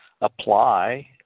apply